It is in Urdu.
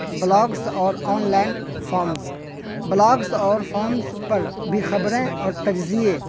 بلاگس اور آن لائن فامس بلاگس اور فامس پر بھی خبریں اور تجزیے